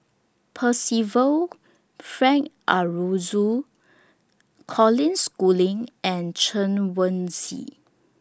Percival Frank Aroozoo Colin Schooling and Chen Wen Hsi